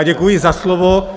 Děkuji za slovo.